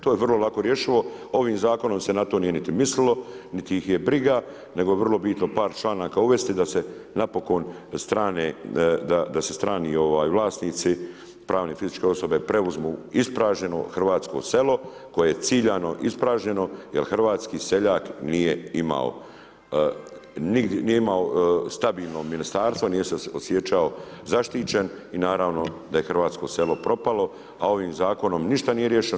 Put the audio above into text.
To je vrlo lako rješivo, ovim zakonom se na to nije niti mislilo niti ih je briga, nego je vrlo bitno par članaka uvesti da se napokon strani vlasnici pravne i fizičke osobe preuzmu ispražnjeno hrvatsko selo koje je ciljano ispražnjeno, jer hrvatski seljak nije imao stabilno ministarstvo nije se osjećao zaštićen i naravno da je hrvatsko selo propalo, a ovim zakonom ništa nije riješeno.